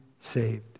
saved